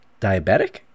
diabetic